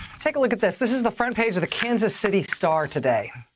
take a look at this. this is the front page of the kansas city star today.